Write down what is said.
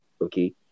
Okay